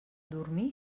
dormir